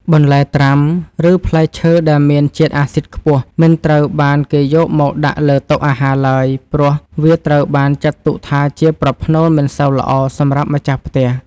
បន្លែត្រាំ ឬផ្លែឈើដែលមានជាតិអាស៊ីតខ្ពស់មិនត្រូវបានគេយកមកដាក់លើតុអាហារឡើយ ព្រោះ វាត្រូវបានចាត់ទុកថាជាប្រផ្នូលមិនសូវល្អសម្រាប់ម្ចាស់ផ្ទះ។